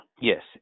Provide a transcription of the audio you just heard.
Yes